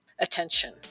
attention